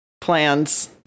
plans